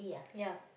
ya